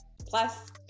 Plus